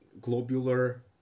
globular